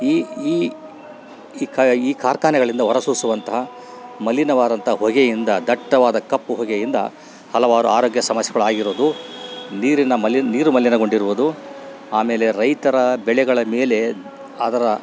ಈ ಈ ಈ ಕಾ ಈ ಕಾರ್ಖಾನೆಗಳಿಂದ ಹೊರ ಸೂಸುವಂತಹ ಮಲೀನವಾದಂತ ಹೊಗೆಯಿಂದ ದಟ್ಟವಾದ ಕಪ್ಪು ಹೊಗೆಯಿಂದ ಹಲವಾರು ಆರೋಗ್ಯ ಸಮಸ್ಯೆಗಳು ಆಗಿರೋದು ನೀರಿನ ಮಲಿನ ನೀರು ಮಲೀನಗೊಂಡಿರುವುದು ಆಮೇಲೆ ರೈತರ ಬೆಳೆಗಳ ಮೇಲೆ ಅದರ